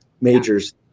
majors